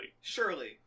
Surely